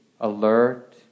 alert